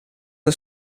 een